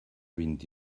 vint